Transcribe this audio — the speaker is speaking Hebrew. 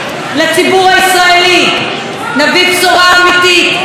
נביא בשורה אמיתית לתעשיית הקולנוע.